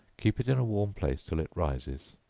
keep it in a warm place till it rises,